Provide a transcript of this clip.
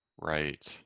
Right